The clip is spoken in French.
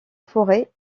forêt